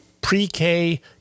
pre-K